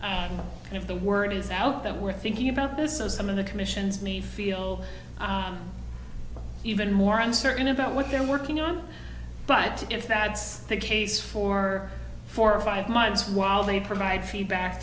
if the word is out that we're thinking about this as some of the commission's me feel even more uncertain about what they're working on but if that's the case for four or five months while they provide feedback